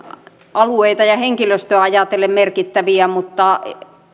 alueita ja henkilöstöä ajatellen merkittäviä mutta